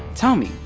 tell me,